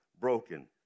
broken